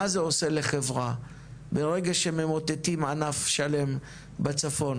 מה זה עושה לחברה ברגע שממוטטים ענף שלם בצפון?